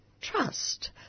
trust